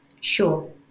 Sure